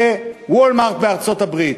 ב"וולמארט" בארצות-הברית.